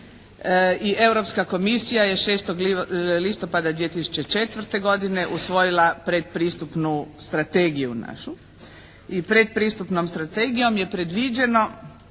Europska komisija je 6. listopada 2004. godine usvojila predpristupnu strategiju našu. I predpristupnom strategijom je predviđeno